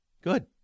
Good